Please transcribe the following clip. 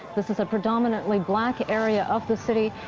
this is a predominantly black area of the city.